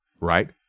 right